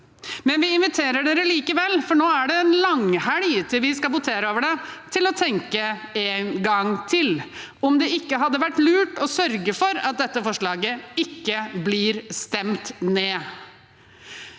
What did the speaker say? men vi inviterer dere likevel – for nå er det en langhelg til vi skal votere over det – til å tenke over en gang til om det ikke hadde vært lurt å sørge for at dette forslaget ikke blir stemt ned.